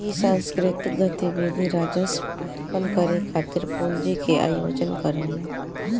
इ सांस्कृतिक गतिविधि राजस्व उत्पन्न करे खातिर पूंजी के आयोजन करेला